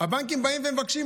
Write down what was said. הבנקים באים ומבקשים,